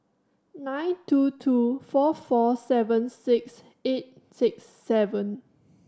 nine two two four four seven six eight six seven